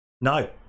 No